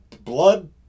blood